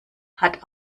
hat